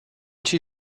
she